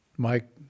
Mike